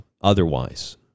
otherwise